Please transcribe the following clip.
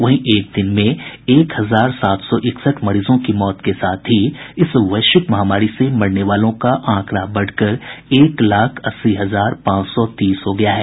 वहीं एक दिन में एक हजार सात सौ इकसठ मरीजों की मौत के साथ ही इस वैश्विक महामारी से मरने वालों का आंकड़ा बढ़कर एक लाख अस्सी हजार पांच सौ तीस हो गया है